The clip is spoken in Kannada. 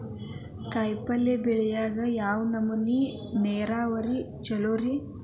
ಕಾಯಿಪಲ್ಯ ಬೆಳಿಯಾಕ ಯಾವ್ ನಮೂನಿ ನೇರಾವರಿ ಛಲೋ ರಿ?